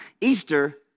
Easter